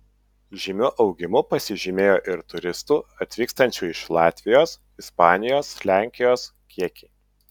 žymiu augimu pasižymėjo ir turistų atvykstančių iš latvijos ispanijos lenkijos kiekiai